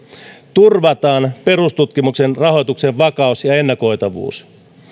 turvataan perustutkimuksen rahoituksen vakaus ja ennakoitavuus